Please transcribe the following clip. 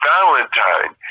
Valentine